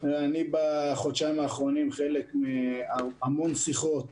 בחודשיים האחרונים קיימתי המון שיחות